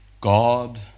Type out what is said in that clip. God